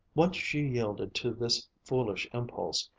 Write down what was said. once she yielded to this foolish impulse,